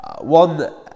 one